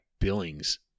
Billings